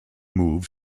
move